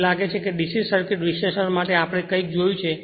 મને લાગે છે કે DC સર્કિટ વિશ્લેષણ માટે આપણે કઈક જોયું છે